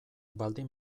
baldin